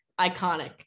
iconic